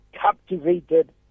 captivated